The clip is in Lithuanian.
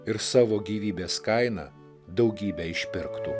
ir savo gyvybės kaina daugybę išpirktų